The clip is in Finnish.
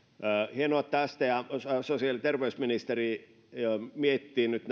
hienoa että sosiaali ja terveysministeriö miettii nyt